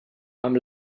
amb